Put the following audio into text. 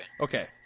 Okay